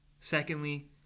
secondly